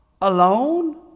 alone